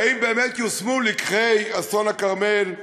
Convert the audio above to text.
האם באמת יושמו לקחי אסון הכרמל?